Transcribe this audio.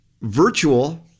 virtual